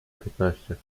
piętnaście